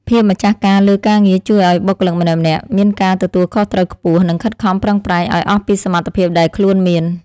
ភាពម្ចាស់ការលើការងារជួយឱ្យបុគ្គលិកម្នាក់ៗមានការទទួលខុសត្រូវខ្ពស់ និងខិតខំប្រឹងប្រែងឱ្យអស់ពីសមត្ថភាពដែលខ្លួនមាន។